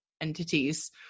entities